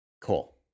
Cool